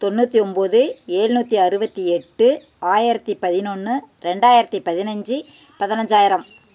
தொண்ணூற்றி ஒம்பது ஏழ்நூற்றி அறுபத்தி எட்டு ஆயிரத்தி பதினொன்று ரெண்டாயிரத்தி பதினஞ்சு பதினஞ்சாயிரம்